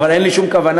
אבל אין לי שום כוונה,